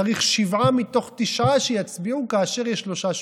צריך שבעה מתוך תשעה שיצביעו כאשר יש שלושה שופטים.